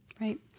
Right